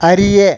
அறிய